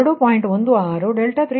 0464 2 2